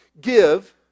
give